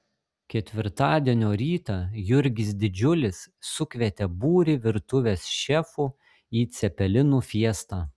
ketvirtadienio rytą jurgis didžiulis sukvietė būrį virtuvės šefų į cepelinų fiestą